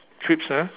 crisp ah